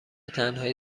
تنهایی